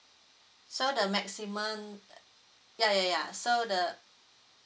so the maximum ya ya ya so the